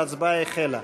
ההצבעה החלה.